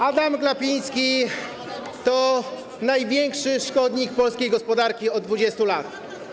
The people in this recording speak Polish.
Adam Glapiński to największy szkodnik polskiej gospodarki od 20 lat.